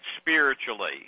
spiritually